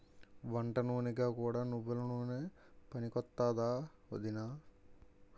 వంటనూనెగా కూడా నువ్వెల నూనె పనికొత్తాదా ఒదినా?